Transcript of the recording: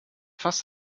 fast